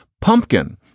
pumpkin